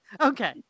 Okay